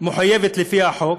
מחויבת לפי החוק?